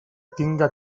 tinga